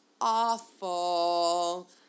awful